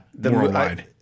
worldwide